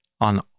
on